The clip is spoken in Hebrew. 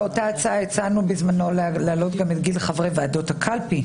באותה הצעה הצענו בשעתו להעלות את גיל חברי ועדות הקלפי,